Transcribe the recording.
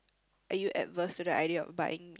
are you adverse to the idea of buying